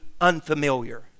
unfamiliar